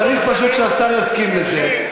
צריך פשוט שהשר יסכים לזה.